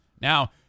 Now